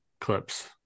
Clips